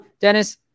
Dennis